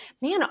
man